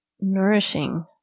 nourishing